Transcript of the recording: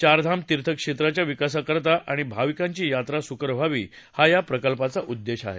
चारधाम तीर्थक्षेत्राच्या विकासाकरता आणि भाविकांची यात्रा सुकर व्हावी हा या प्रकल्पाचा उद्देश आहे